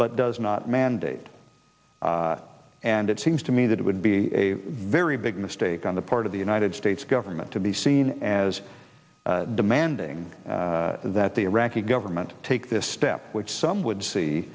but does not mandate and it seems to me that it would be a very big mistake on the part of the united states government to be seen as demanding that the iraqi government take this step which some would